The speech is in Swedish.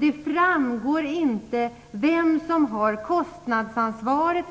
Det framgår inte vem som har kostnadsansvaret.